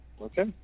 Okay